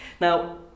Now